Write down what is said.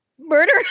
murder